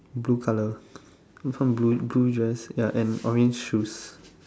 blue colour some blueish blueish dress ya and orange shoes